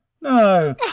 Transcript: No